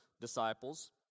disciples